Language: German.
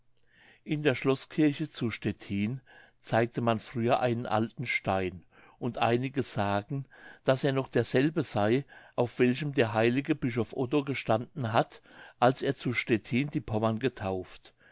in der schloßkirche zu stettin zeigte man früher einen alten stein und einige sagen daß er noch derselbe sey auf welchem der heilige bischof otto gestanden hat als er zu stettin die pommern getauft